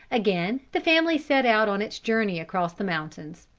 again the family set out on its journey across the mountains.